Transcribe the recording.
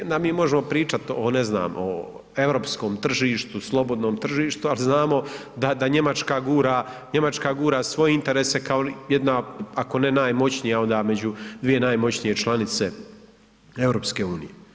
I onda mi možemo pričan o ne znam o europskom tržištu, slobodnom tržištu, al znamo da Njemačka gura, Njemačka gura svoje interese kao jedna ako ne najmoćnija onda među dvije najmoćnije članice EU.